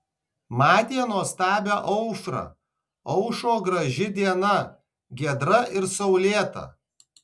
matė nuostabią aušrą aušo graži diena giedra ir saulėta